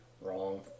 Wrong